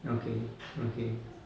okay okay